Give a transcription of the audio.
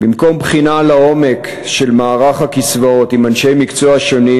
במקום בחינה לעומק של מערך הקצבאות עם אנשי מקצוע שונים,